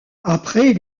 après